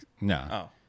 No